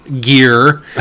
gear